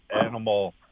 animal